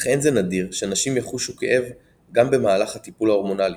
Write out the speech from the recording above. אך אין זה נדיר שנשים יחושו כאב גם במהלך הטיפול ההורמונלי.